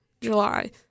July